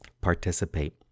Participate